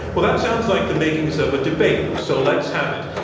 well, that sounds like the makings of a debate, so let's have it,